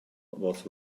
was